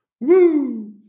Woo